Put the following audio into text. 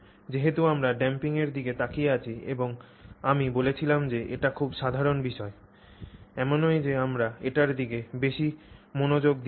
যেহেতু আমরা ড্যাম্পিং এর দিকে তাকিয়ে আছি এবং আমি বলেছিলাম যে এটি খুব সাধারণ বিষয় এমনই যে আমরা এটির দিকে বেশি মনোযোগ দিই না